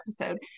episode